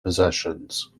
possessions